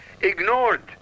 ignored